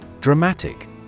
Dramatic